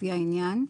לפי העניין,